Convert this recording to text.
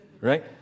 right